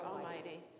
Almighty